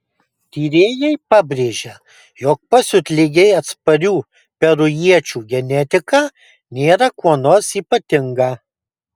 tyrėjai pabrėžia jog pasiutligei atsparių perujiečių genetika nėra kuo nors ypatinga